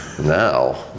now